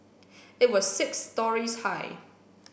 it was six storeys high